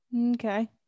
Okay